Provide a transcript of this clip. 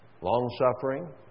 long-suffering